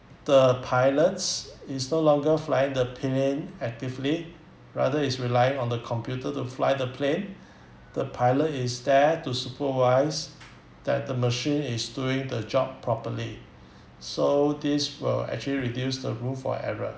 the pilots is no longer flying the plane actively rather is relying on the computer to fly the plane the pilot is there to supervise that the machine is doing the job properly so this will actually reduce the room for error